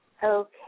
Okay